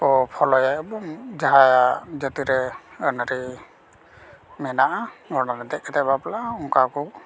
ᱠᱚ ᱯᱷᱳᱞᱳᱭᱟ ᱮᱵᱚᱝ ᱡᱟᱦᱟᱸᱭᱟᱜ ᱡᱟᱹᱛᱤ ᱨᱮ ᱟᱹᱱ ᱟᱹᱨᱤ ᱢᱮᱱᱟᱜᱼᱟ ᱜᱷᱚᱬᱟ ᱨᱮ ᱫᱮᱡ ᱠᱟᱛᱮ ᱵᱟᱯᱞᱟ ᱦᱚᱸ ᱚᱝᱠᱟ ᱠᱚ